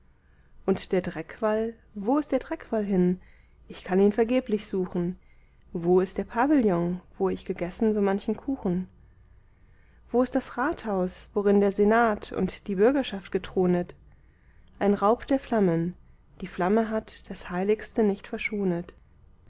und der dreckwall wo ist der dreckwall hin ich kann ihn vergeblich suchen wo ist der pavillon wo ich gegessen so manchen kuchen wo ist das rathaus worin der senat und die bürgerschaft gethronet ein raub der flammen die flamme hat das heiligste nicht verschonet